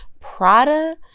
Prada